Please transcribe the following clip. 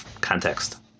context